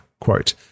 Quote